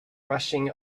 rushing